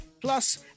Plus